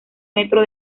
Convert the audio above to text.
metro